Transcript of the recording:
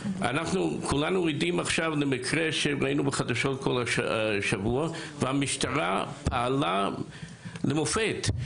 כולנו עדים למקרה שראינו בחדשות במשך כל השבוע והמשטרה פעלה למופת.